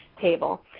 table